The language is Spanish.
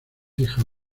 hija